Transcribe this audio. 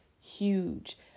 huge